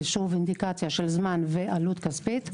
זה שוב אינדיקציה של זמן ועלות כספית.